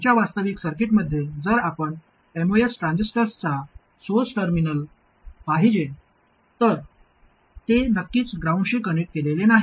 आमच्या वास्तविक सर्किटमध्ये जर आपण एमओएस ट्रान्झिस्टरचे सोर्स टर्मिनल पाहिले तर ते नक्कीच ग्राउंडशी कनेक्ट केलेले नाही